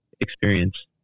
experience